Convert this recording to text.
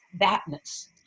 thatness